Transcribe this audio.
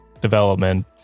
development